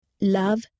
Love